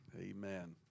Amen